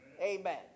Amen